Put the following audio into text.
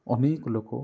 ଅନେକ ଲୋକ